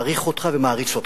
מעריך אותך ומעריץ אותך,